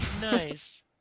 Nice